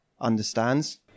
understands